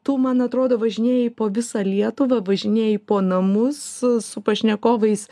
tu man atrodo važinėji po visą lietuvą važinėji po namus su pašnekovais